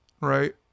right